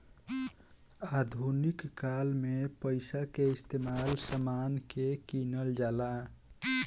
आधुनिक काल में पइसा के इस्तमाल समान के किनल जाला